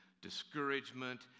discouragement